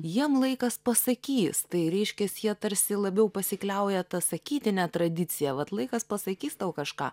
jiem laikas pasakys tai ryškias jie tarsi labiau pasikliauja ta sakytine tradicija vat laikas pasakys tau kažką